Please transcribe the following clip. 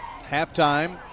Halftime